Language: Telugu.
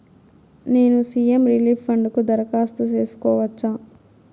నేను సి.ఎం రిలీఫ్ ఫండ్ కు దరఖాస్తు సేసుకోవచ్చా?